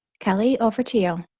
kelly over to you